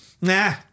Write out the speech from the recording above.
nah